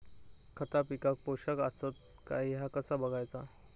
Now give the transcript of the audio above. खता पिकाक पोषक आसत काय ह्या कसा बगायचा?